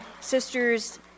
sisters